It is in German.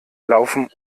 laufen